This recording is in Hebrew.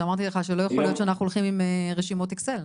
שאמרתי לך שלא יכול להיות שאנחנו הולכים עם רשימות אקסל.